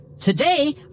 today